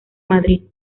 madrid